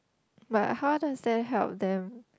but how does that help them